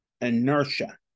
inertia